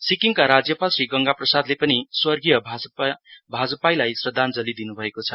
सिक्किमका राज्यपाल श्री गंगा प्रसादले पनि स्वर्गीय भाजपाईलाई श्रद्धाञ्जली दिनु भएको छ